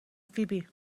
فیبی